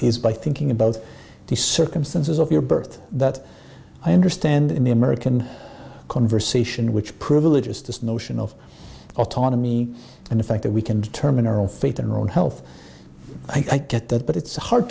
is by thinking about the circumstances of your birth that i understand in the american conversation which privileges this notion of autonomy and the fact that we can determine our own fate their own health i get that but it's hard